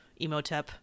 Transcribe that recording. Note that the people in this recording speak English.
Emotep